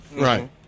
Right